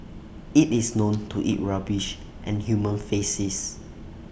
IT is known to eat rubbish and human faces